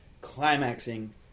climaxing